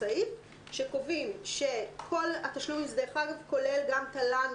סעיף קובעים שכל התשלומים כולל תל"ן,